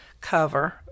cover